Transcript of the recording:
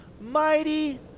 mighty